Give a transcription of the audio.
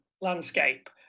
landscape